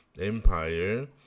empire